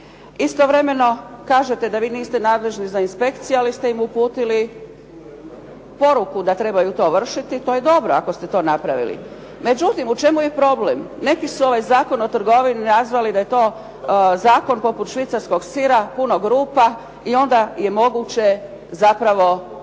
Istovremeno kažete da vi niste nadležni za inspekcije ali ste im uputili poruku da trebaju to vršiti, to je dobro, ako ste to napravili. Međutim, u čemu je problem? Neki su ovaj Zakon o trgovini nazvali da je to Zakon poput švicarskog sira, punog rupa i onda je moguće zapravo se